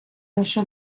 лише